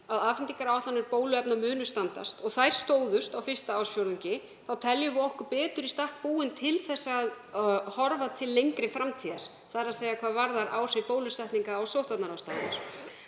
að afhendingaráætlanir bóluefna standist. Þær stóðust á fyrsta ársfjórðungi og því teljum við okkur betur í stakk búin til að horfa til lengri framtíðar, þ.e. hvað varðar áhrif bólusetninga á sóttvarnaráðstafanir.